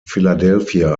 philadelphia